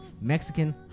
Mexican